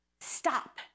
Stop